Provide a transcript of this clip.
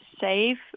safe